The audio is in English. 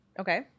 Okay